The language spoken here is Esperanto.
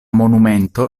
monumento